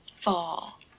fall